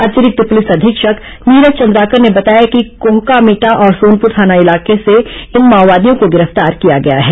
अतिरिक्त पूलिस अधीक्षक नीरज चंद्राकर ने बताया कि कोहकामेटा और सोनपुर थाना इलाके से इन माओवादियों को गिरफ्तार किया गया है